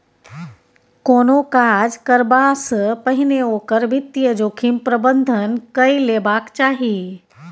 कोनो काज करबासँ पहिने ओकर वित्तीय जोखिम प्रबंधन कए लेबाक चाही